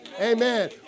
Amen